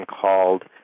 called